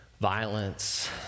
violence